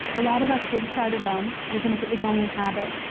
a lot of us did try to run, even if it was only habit.